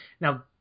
Now